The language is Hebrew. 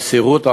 במסירות,